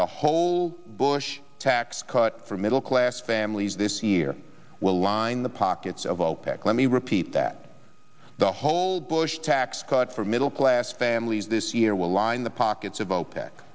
the whole bush tax cut for middle class families this year will line the pockets of opec let me repeat that the whole bush tax cuts for middle class families this year will line the pockets of opec